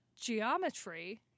geometry